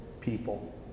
people